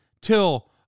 till